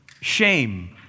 shame